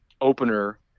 opener